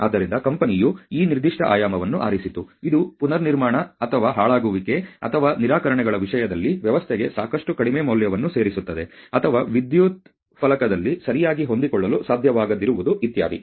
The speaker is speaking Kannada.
ಆದ್ದರಿಂದ ಕಂಪನಿಯು ಆ ನಿರ್ದಿಷ್ಟ ಆಯಾಮವನ್ನು ಆರಿಸಿತು ಇದು ಪುನರ್ನಿರ್ಮಾಣ ಅಥವಾ ಹಾಳಾಗುವಿಕೆ ಅಥವಾ ನಿರಾಕರಣೆಗಳ ವಿಷಯದಲ್ಲಿ ವ್ಯವಸ್ಥೆಗೆ ಸಾಕಷ್ಟು ಕಡಿಮೆ ಮೌಲ್ಯವನ್ನು ಸೇರಿಸುತ್ತದೆ ಅಥವಾ ವಿದ್ಯುತ್ ಫಲಕದಲ್ಲಿ ಸರಿಯಾಗಿ ಹೊಂದಿಕೊಳ್ಳಲು ಸಾಧ್ಯವಾಗದಿರುವುದು ಇತ್ಯಾದಿ